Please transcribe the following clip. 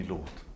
Lord